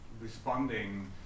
responding